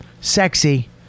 sexy